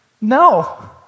No